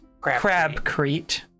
Crabcrete